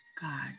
God